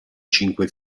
cinque